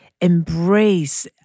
embrace